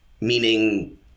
meaning